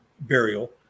burial